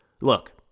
Look